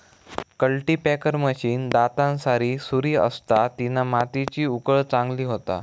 cultipacker machine दातांसारी सुरी असता तिना मातीची उकळ चांगली होता